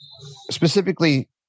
Specifically